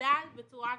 גדל בצורה אסטרונומית.